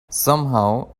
somehow